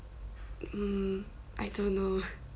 um I don't know